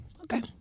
okay